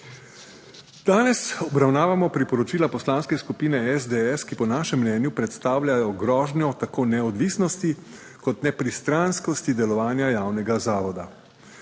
Danes obravnavamo priporočila Poslanske skupine SDS, ki po našem mnenju predstavljajo grožnjo tako neodvisnosti kot nepristranskosti delovanja javnega zavoda.